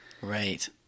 right